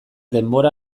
denbora